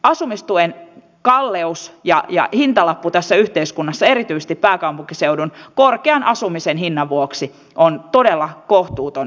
asumistuen kalleus ja hintalappu tässä yhteiskunnassa erityisesti pääkaupunkiseudun korkean asumisen hinnan vuoksi on todella kohtuuton